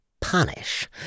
punish